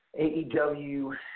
AEW